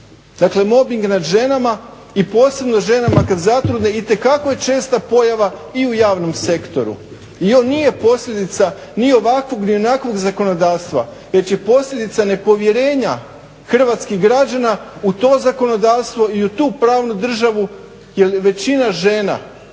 Dakle mobing nad ženama i posebno ženama kada zatrudne itekako je česta pojava i u javnom sektoru. I on nije posljedica ni ovakvog ni onakvog zakonodavstva već je posljedica nepovjerenja hrvatskih građana u to zakonodavstvo i u tu pravnu državu. Jer većina žena